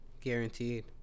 Guaranteed